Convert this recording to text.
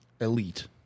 elite